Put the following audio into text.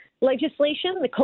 legislation